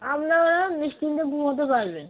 আপনারা নিশ্চিন্তে ঘুমোতে পারবেন